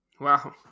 Wow